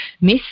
miss